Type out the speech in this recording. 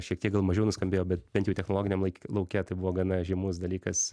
šiek tiek gal mažiau nuskambėjo bet bent jau technologiniam laik lauke tai buvo gana žymus dalykas